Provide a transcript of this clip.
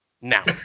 Now